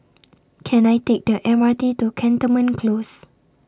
Can I Take The M R T to Cantonment Close